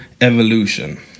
evolution